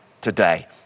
today